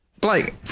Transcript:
Blake